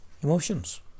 emotions